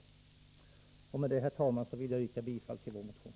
Med detta, herr talman, vill jag yrka bifall till vår motion.